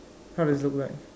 how does it look like